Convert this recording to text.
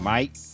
Mike